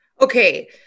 Okay